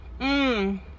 Mmm